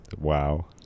wow